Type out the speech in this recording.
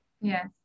Yes